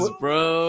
bro